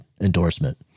endorsement